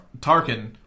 Tarkin